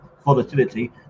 volatility